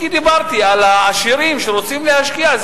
ודיברתי על העשירים שרוצים להשקיע,